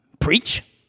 preach